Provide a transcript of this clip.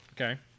Okay